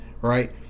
Right